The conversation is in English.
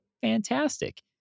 fantastic